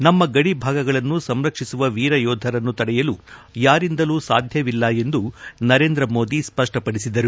ನಮ್ಮ ಗಡಿ ಭಾಗಗಳನ್ನು ಸಂರಕ್ಷಿಸುವ ವೀರಯೋಧರನ್ನು ತಡೆಯಲು ಯಾರಿಂದಲೂ ಸಾಧ್ಯವಿಲ್ಲ ಎಂದು ನರೇಂದ್ರ ಮೋದಿ ಸ್ಪಡ್ಡಪಡಿಸಿದರು